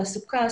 תעסוקה,